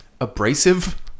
Abrasive